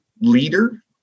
leader